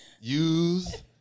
use